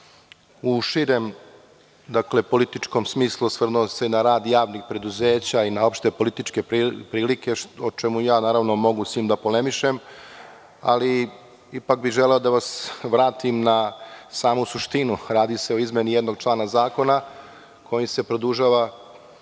U širem političkom smislu osvrnuo se na rad javnih preduzeća i na opšte političke prilike o čemu naravno mogu da polemišem ali ipak bih želeo da vas vratim na samu suštinu, a radi se o izmeni jednog člana zakona kojim se produžava